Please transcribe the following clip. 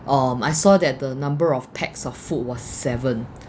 um I saw that the number of packs of food was seven